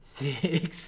six